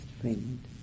friend